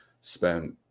spent